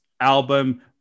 album